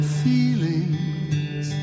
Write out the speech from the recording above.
feelings